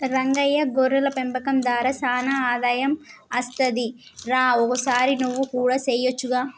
రంగయ్య గొర్రెల పెంపకం దార సానా ఆదాయం అస్తది రా ఒకసారి నువ్వు కూడా సెయొచ్చుగా